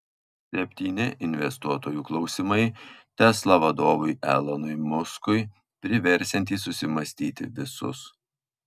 septyni investuotojų klausimai tesla vadovui elonui muskui priversiantys susimąstyti visus